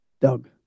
Doug